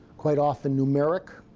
quite often numeric,